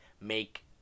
make